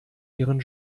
ihren